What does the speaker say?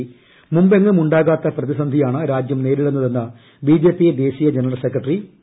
കൃഷ്ട്രമുമുണ്ടാകാത്ത പ്രതിസന്ധിയാണ് രാജ്യം നേരിടു ന്നൂത്തെന്ന് ബിജിപി ദേശീയ ജനറൽ സെക്രട്ടറി പി